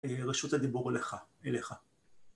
רשות הדיבור אליך